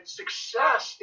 success